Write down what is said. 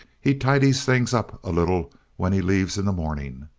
he tidies things up a little when he leaves in the morning.